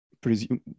presume